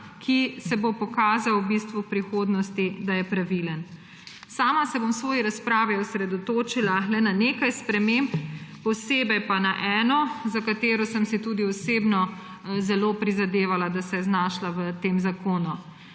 ki se bo pokazal v bistvu v prihodnosti, da je pravilen. Sama se bom v svoji razpravi osredotočila le na nekaj sprememb, posebej pa na eno, za katero sem si tudi osebno zelo prizadevala, da se je znašla v tem zakonu.